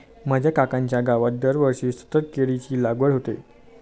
माझ्या काकांच्या गावात दरवर्षी सतत केळीची लागवड होते